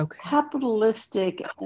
capitalistic